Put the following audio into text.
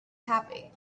happy